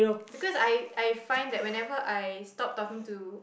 because I I find that whenever I stop talking to